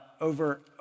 over